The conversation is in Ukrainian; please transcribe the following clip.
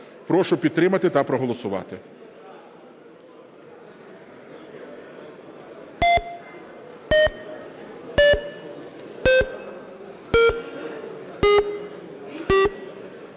Прошу підтримати та проголосувати.